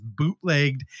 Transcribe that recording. bootlegged